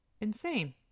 insane